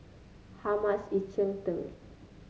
how much is Cheng Tng